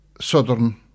southern